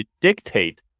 dictate